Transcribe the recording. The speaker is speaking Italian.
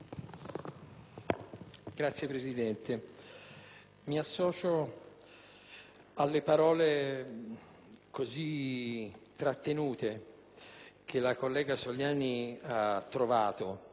Signor Presidente, mi associo alle parole così trattenute che la collega Soliani ha trovato